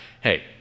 Hey